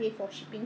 I ya